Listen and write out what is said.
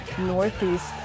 Northeast